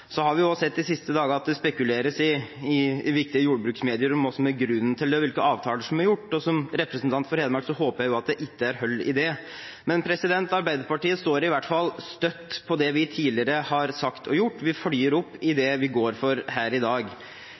Så har vi sett de siste dagene at det spekuleres i viktige jordbruksmedier om hva som er grunnen til det, og hvilke avtaler som er gjort. Som representant for Hedmark håper jeg at det ikke er hold i det. Arbeiderpartiet står støtt på det vi tidligere har sagt og gjort: Vi følger opp det vi går for her i dag.